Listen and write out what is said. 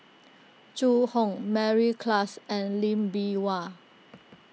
Zhu Hong Mary Klass and Lee Bee Wah